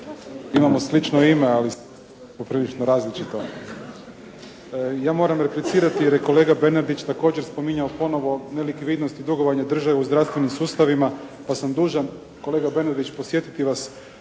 Imamo slično ime, ali sve ostalo je poprilično različito. Ja moram replicirati, jer je kolega Bernardić također spominjao ponovo nelikvidnost i dugovanje države u zdravstvenim sustavima, pa sam dužan kolega Bernardić podsjetiti vas